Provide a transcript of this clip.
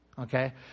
Okay